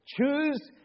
Choose